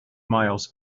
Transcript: miles